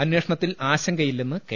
അന്വേഷണത്തിൽ ആശങ്കയില്ലെന്ന് കെ